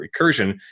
recursion